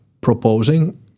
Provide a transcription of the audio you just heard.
proposing